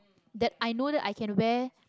that i know that i can wear